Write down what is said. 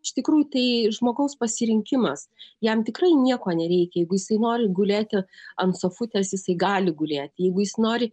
iš tikrųjų tai žmogaus pasirinkimas jam tikrai nieko nereikia jeigu jisai nori gulėti ant sofutės jisai gali gulėti jeigu jis nori